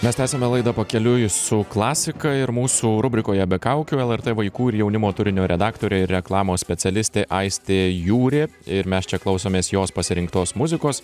mes tęsiame laidą pakeliui su klasika ir mūsų rubrikoje be kaukių lrt vaikų ir jaunimo turinio redaktorė ir reklamos specialistė aistė jūrė ir mes čia klausomės jos pasirinktos muzikos